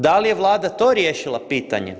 Da li je Vlada to riješila pitanje?